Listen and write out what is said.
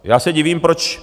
Já se divím proč?